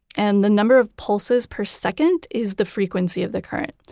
and the number of pulses per second is the frequency of the current.